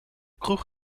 kroeg